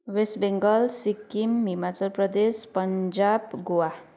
West Bengal Sikkim Himachal Pradesh Punjab Goa